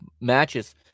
matches